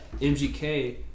MGK